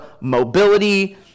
mobility